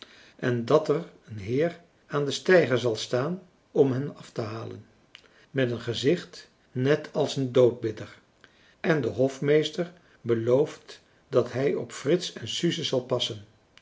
en dat er een heer aan den steiger zal staan om hen af te halen met een gezicht net als een doodbidder en de hofmeester belooft dat hij op frits en suze zal passen